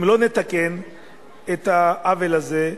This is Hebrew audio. אם לא נתקן את העוול הזה,